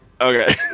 Okay